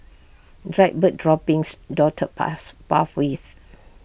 dried bird droppings dotted path pathways